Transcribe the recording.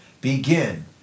begin